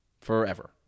forever